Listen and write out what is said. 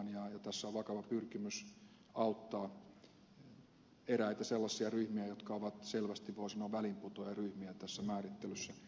tässä on vakava pyrkimys auttaa eräitä sellaisia ryhmiä jotka ovat selvästi voi sanoa väliinputoajaryhmiä tässä määrittelyssä